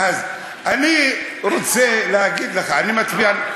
אז אני רוצה להגיד לך, אני מצביע,